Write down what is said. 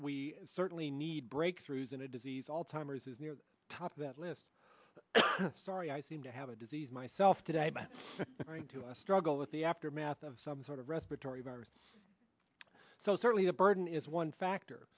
we certainly need breakthroughs in a disease alzheimer's is near the top of that list sorry i seem to have a disease myself today to struggle with the aftermath of some sort of respiratory virus so certainly the burden is one factor